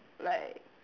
like